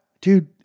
dude